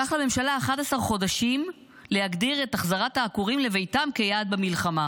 לקח לממשלה 11 חודשים להגדיר את החזרת העקורים לביתם כיעד במלחמה,